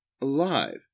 alive